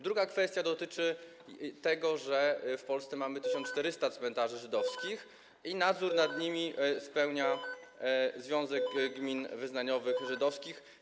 Druga kwestia dotyczy tego, że w Polsce mamy 1400 cmentarzy żydowskich i nadzór nad nimi sprawuje Związek Gmin Wyznaniowych Żydowskich.